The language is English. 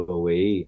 away